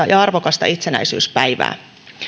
ja arvokasta itsenäisyyspäivää